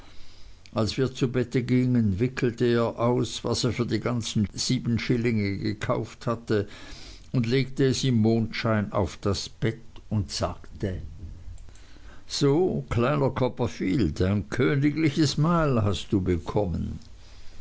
als wir zu bette gingen wickelte er aus was er für die ganzen sieben schillinge gekauft hatte und legte es im mondschein auf das bett und sagte so kleiner copperfield ein königliches mahl hast du bekommen